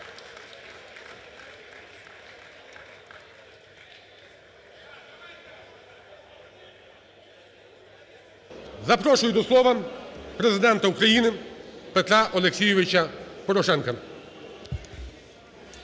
Запрошую до слова Президента України Петра Олексійовича Порошенка.